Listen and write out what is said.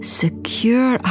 secure